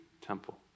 temple